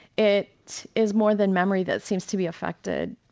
it is more than memory that seems to be affected,